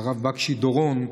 הרב בקשי דורון,